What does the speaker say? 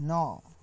नओ